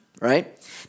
right